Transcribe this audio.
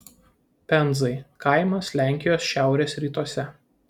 penzai kaimas lenkijos šiaurės rytuose